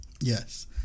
Yes